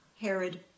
Herod